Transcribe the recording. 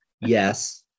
yes